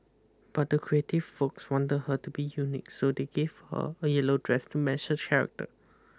but the creative folks want her to be unique so they gave her a yellow dress to match her character